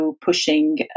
pushing